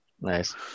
Nice